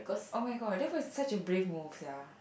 oh-my-god that was such a brave move sia